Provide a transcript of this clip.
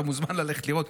אתה מוזמן ללכת לראות.